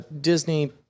Disney